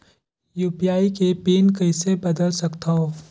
UPI के pin कइसे बदल सकथव?